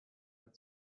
had